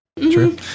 True